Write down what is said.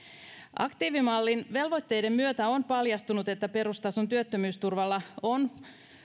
aktiivimallin velvoitteiden myötä on paljastunut että perustason työttömyysturvalla on